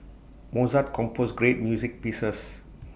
Mozart composed great music pieces